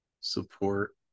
support